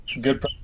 good